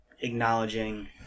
acknowledging